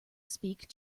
speak